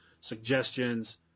suggestions